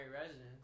residence